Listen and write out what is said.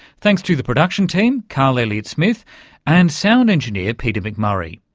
thanks to the production team carl elliott smith and sound engineer peter mcmurray.